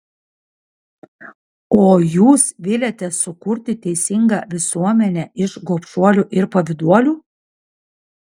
o jūs viliatės sukurti teisingą visuomenę iš gobšuolių ir pavyduolių